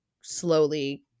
slowly